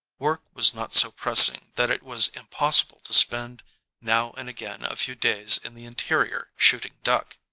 work was not so pressing that it was impossible to spend now and again a few days in the interior shooting duck.